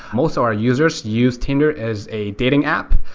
most ah our users use tinder as a dating app,